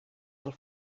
del